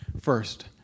First